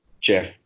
Jeff